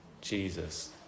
Jesus